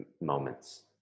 moments